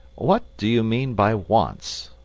what do you mean by once?